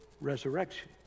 resurrection